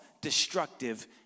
destructive